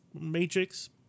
Matrix